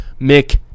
Mick